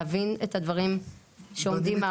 להבין את הדברים שעומדים מאחורי זה.